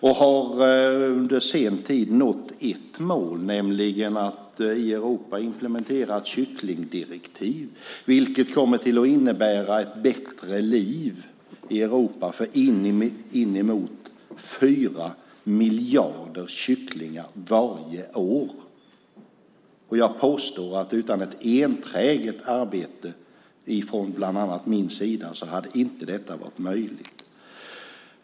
Vi har under senare tid nått ett mål, nämligen att i Europa implementera ett kycklingdirektiv som kommer att innebära ett bättre liv för ungefär 4 miljarder kycklingar varje år. Jag påstår att detta inte hade varit möjligt utan ett enträget arbete från bland annat min sida.